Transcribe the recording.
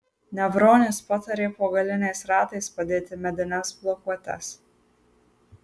nevronis patarė po galiniais ratais padėti medines blokuotes